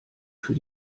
für